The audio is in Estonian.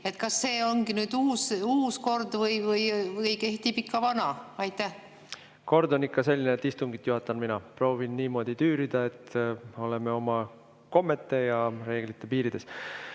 Kas see ongi uus kord või kehtib ikka vana? Kord on ikka selline, et istungit juhatan mina. Proovin niimoodi tüürida, et oleksime oma kommete ja reeglite piirides.